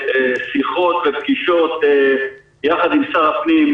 ביצענו שיחות ופגישות יחד עם שר הפנים,